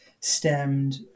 stemmed